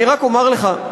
אני רק אומר לך,